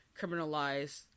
criminalize